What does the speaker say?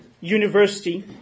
university